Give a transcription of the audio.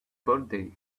birthday